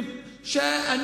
ממש לא.